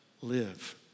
live